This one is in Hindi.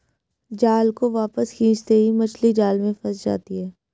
जाल को वापस खींचते ही मछली जाल में फंस जाती है